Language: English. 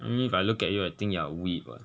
I mean if I look at you I think you are a weeb [what]